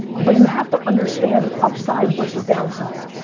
but you have to understand upside versus downside.